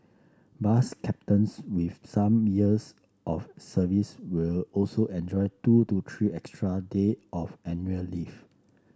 bus captains with some years of service will also enjoy two to three extra day of annual leave